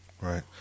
Right